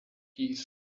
keys